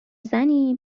زنی